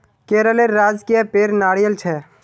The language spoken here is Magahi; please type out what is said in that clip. केरलेर राजकीय पेड़ नारियल छे